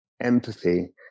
empathy